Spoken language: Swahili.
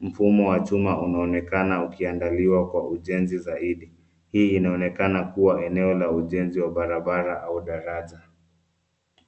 Mfumo wa chuma unaonekana ukiandaliwa kwa ujenzi zaidi. Hii inaonekana kuwa eneo la ujenzi wa barabara au daraja.